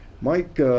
Mike